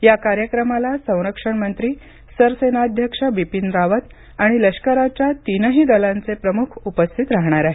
या कार्यक्रमाला संरक्षण मंत्री सरसेनाध्यक्ष बिपीन रावत आणि लष्कराच्या तिनही दलांचे प्रमुख उपस्थित राहणार आहेत